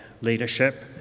leadership